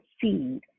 seed